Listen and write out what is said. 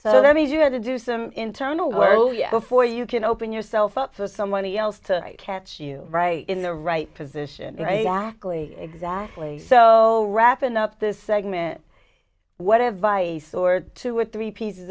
so that means you have to do some internal well yeah before you can open yourself up for someone else to catch you right in the right position bakley exactly so wrapping up this segment what advice or two or three pieces